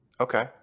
Okay